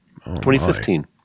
2015